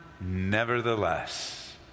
nevertheless